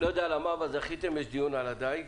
למה, אבל זכיתם ויש דיון על הדייג.